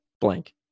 blank